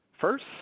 First